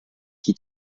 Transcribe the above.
qui